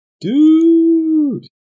Dude